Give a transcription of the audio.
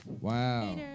Wow